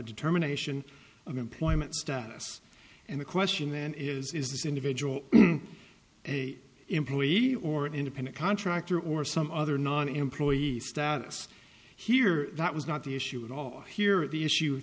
a determination of employment status and the question then is is this individual a employee or independent contractor or some other non employee status here that was not the issue at all here at the issue